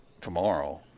tomorrow